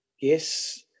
Yes